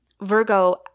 Virgo